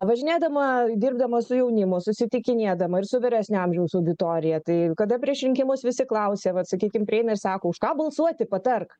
važinėdama dirbdama su jaunimu susitikinėdama ir su vyresnio amžiaus auditorija tai kada prieš rinkimus visi klausia vat sakykim prieina ir sako už ką balsuoti patark